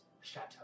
chateau